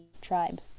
tribe